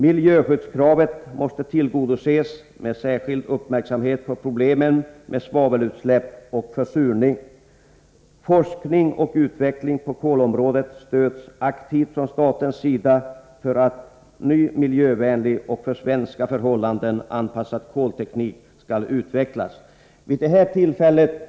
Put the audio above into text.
Miljöskyddskravet måste tillgodoses med särskild uppmärksamhet på problemen med svavelutsläpp och försurning. Forskning och utveckling på kolområdet stöds aktivt från statens sida för att ny miljövänlig och för svenska förhållanden anpassad kolteknik skall utvecklas.